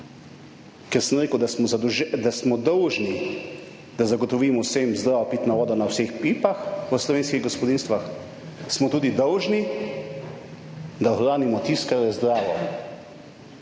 Ker sem rekel, da smo dolžni, da zagotovimo vsem zdravo pitno vodo na vseh pipah v slovenskih gospodinjstvih, smo tudi dolžni, da ohranimo tisto, kar je zdravo